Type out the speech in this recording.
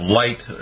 light